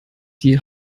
die